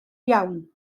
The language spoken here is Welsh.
iawn